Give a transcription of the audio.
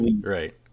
Right